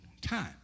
time